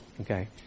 Okay